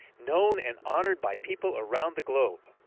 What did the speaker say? known and honored by people around the globe.